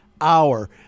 hour